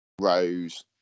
Rose